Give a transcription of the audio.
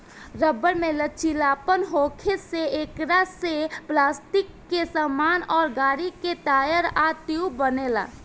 rubber में लचीलापन होखे से एकरा से पलास्टिक के सामान अउर गाड़ी के टायर आ ट्यूब बनेला